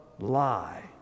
lie